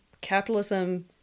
capitalism